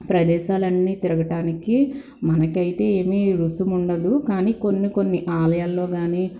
ప్రదేశాలన్నీ తిరగటానికి మనకైతే ఏమీ రుసుముండదు కానీ కొన్ని కొన్ని ఆలయాల్లో కానీ